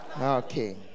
Okay